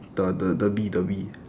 the the the bee the bee